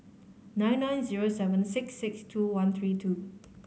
nine nine zero seven six six two one three two